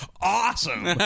awesome